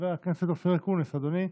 חבר הכנסת אופיר אקוניס, אדוני,